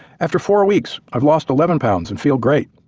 after four weeks i've lost eleven pounds and feel great.